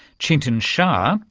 chinatan shah,